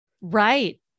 Right